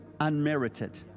unmerited